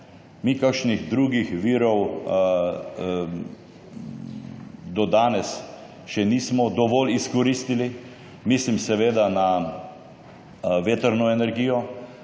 Mi kakšnih drugih virov do danes še nismo dovolj izkoristili, mislim na vetrno energijo,